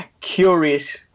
curious